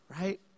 right